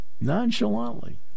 nonchalantly